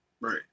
Right